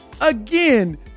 Again